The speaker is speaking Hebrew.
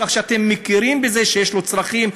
כך שאתם מכירים בזה שיש לו צרכים,